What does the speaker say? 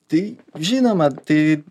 tai žinoma tai